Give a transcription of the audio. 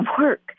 work